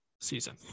season